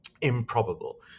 improbable